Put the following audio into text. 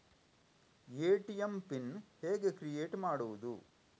ATM PIN ಹೇಗೆ create ಮಾಡುವುದು?